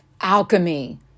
alchemy